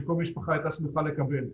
שכל משפחה הייתה שמחה לקבל.